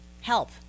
help